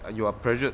like you are pressured